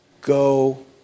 Go